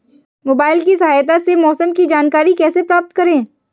Mobile की सहायता से मौसम की जानकारी कैसे प्राप्त करें?